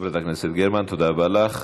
חברת הכנסת גרמן, תודה רבה לך.